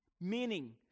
meaning